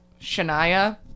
Shania